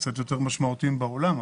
קצת יותר משמעותיים בעולם,